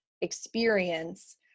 experience